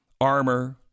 armor